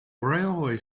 railway